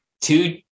two